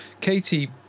Katie